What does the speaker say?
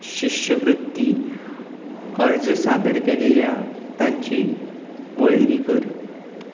शिश्यवृत्ती अर्ज सादर केल्ल्या तांची वळेरी कर